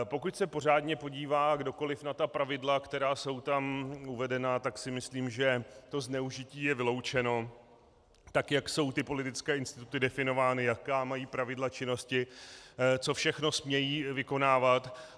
Pokud se pořádně podívá kdokoli na pravidla, která jsou tam uvedena, tak si myslím, že zneužití je vyloučeno, tak jak jsou ty politické instituty definovány, jaká mají pravidla činnosti, co všechno smějí vykonávat.